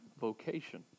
vocation